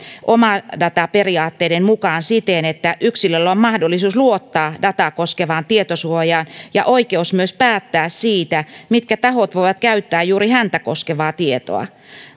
omadata periaatteiden mukaan siten että yksilöllä on mahdollisuus luottaa dataa koskevaan tietosuojaan ja oikeus myös päättää siitä mitkä tahot voivat käyttää juuri häntä koskevaa tietoa